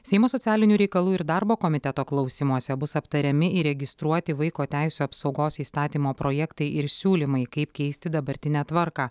seimo socialinių reikalų ir darbo komiteto klausymuose bus aptariami įregistruoti vaiko teisių apsaugos įstatymo projektai ir siūlymai kaip keisti dabartinę tvarką